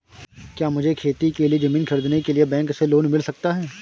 क्या मुझे खेती के लिए ज़मीन खरीदने के लिए बैंक से लोन मिल सकता है?